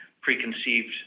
preconceived